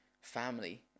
family